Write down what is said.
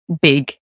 big